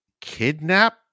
kidnap